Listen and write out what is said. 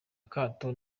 akato